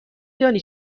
دانی